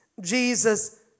Jesus